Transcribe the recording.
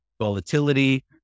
volatility